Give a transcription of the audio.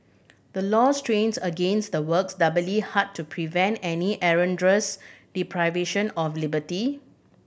the law strains against the works doubly hard to prevent any erroneous deprivation of liberty